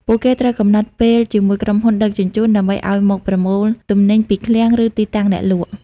ពួកគេត្រូវកំណត់ពេលជាមួយក្រុមហ៊ុនដឹកជញ្ជូនដើម្បីឱ្យមកប្រមូលទំនិញពីឃ្លាំង ឬទីតាំងអ្នកលក់។